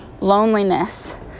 loneliness